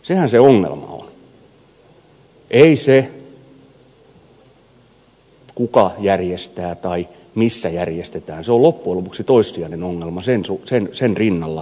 sehän se ongelma on ei se kuka järjestää tai missä järjestetään se on loppujen lopuksi toissijainen ongelma sen rinnalla mistä rahat